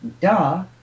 Duh